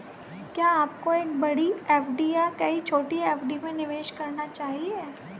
क्या आपको एक बड़ी एफ.डी या कई छोटी एफ.डी में निवेश करना चाहिए?